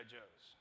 Joe's